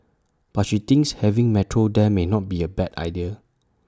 but she thinks having metro there may not be A bad idea